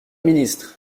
ministres